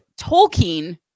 Tolkien